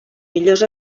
millors